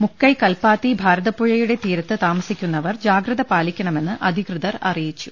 മുക്കൈ കൽപാത്തി ഭാരതപ്പുഴകളുടെ തീരത്ത് താമസിക്കുന്നവർ ജാഗ്രത പാലിക്ക ണമെന്ന് അധികൃതർ അറിയിച്ചു